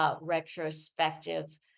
Retrospective